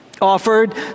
Offered